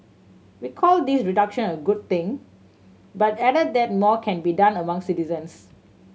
we called this reduction a good thing but added that more can be done among citizens